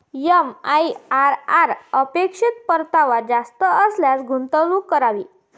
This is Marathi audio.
एम.आई.आर.आर अपेक्षित परतावा जास्त असल्यास गुंतवणूक करावी